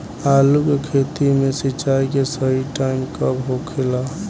आलू के खेती मे सिंचाई के सही टाइम कब होखे ला?